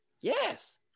yes